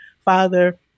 father